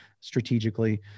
strategically